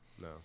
no